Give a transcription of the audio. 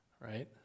right